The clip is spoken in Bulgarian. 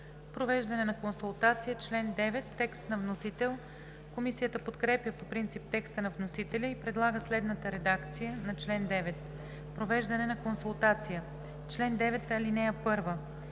„Провеждане на консултация“ – чл. 9, текст на вносителя. Комисията подкрепя по принцип текста на вносителя и предлага следната редакция на чл. 9: „Провеждане на консултация Чл. 9. (1)